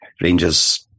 Rangers